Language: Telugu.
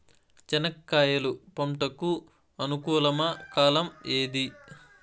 చెనక్కాయలు పంట కు అనుకూలమా కాలం ఏది?